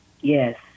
Yes